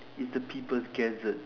if the people gathered